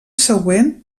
següent